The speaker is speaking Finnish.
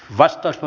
kiitoksia